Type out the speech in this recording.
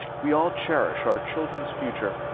we all cherish our children's future,